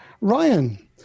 Ryan